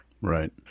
Right